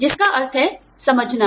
जिसका अर्थ है समझना